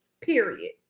period